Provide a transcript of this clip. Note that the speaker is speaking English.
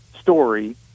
story